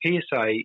PSA